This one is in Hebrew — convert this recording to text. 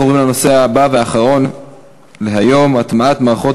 אנחנו עוברים לנושא הבא והאחרון להיום: הטמעת מערכות